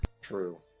True